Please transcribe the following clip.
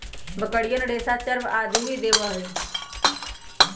बकरियन रेशा, चर्म आदि भी देवा हई